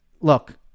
look